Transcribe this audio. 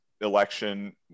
election